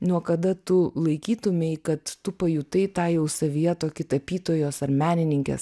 nuo kada tu laikytumei kad tu pajutai tą jau savyje tokį tapytojos ar menininkės